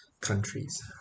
countries